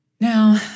Now